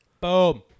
Boom